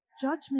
judgment